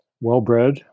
well-bred